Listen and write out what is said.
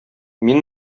мин